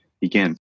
begin